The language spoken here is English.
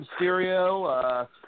Mysterio